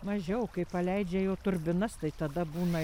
mažiau kai paleidžia jau turbinas tai tada būna